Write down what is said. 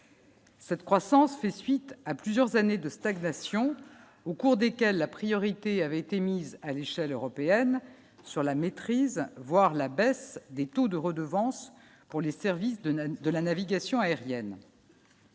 Cette croissance fait suite à plusieurs années de stagnation au cours desquelles la priorité avait été mise à l'échelle européenne sur la maîtrise, voire la baisse des taux de redevance pour les services de nana de la navigation aérienne.